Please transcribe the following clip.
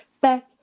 back